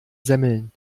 semmeln